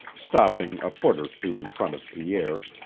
stopping a foot or two in front of pierre,